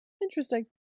Interesting